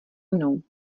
mnou